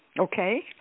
Okay